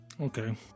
Okay